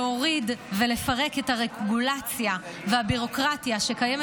להוריד ולפרק את הרגולציה והביורוקרטיה שקיימת